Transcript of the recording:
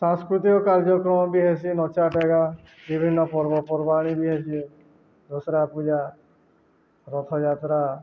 ସାଂସ୍କୃତିକ କାର୍ଯ୍ୟକ୍ରମ ବି ହେଇସି ନଚା ଡ଼େଗା ବିଭିନ୍ନ ପର୍ବପର୍ବାଣି ବି ହେଇସି ଦସହରା ପୂଜା ରଥଯାତ୍ରା